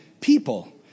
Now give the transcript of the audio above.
people